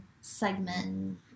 segment